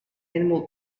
animal